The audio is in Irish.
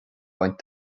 baint